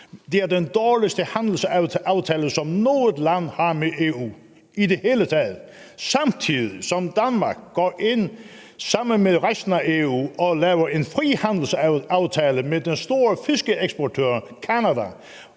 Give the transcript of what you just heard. er det den dårligste handelsaftale, som noget land har med EU i det hele taget. Samtidig går Danmark sammen med resten af EU ind og laver en frihandelsaftale med den store fiskeeksportør Canada,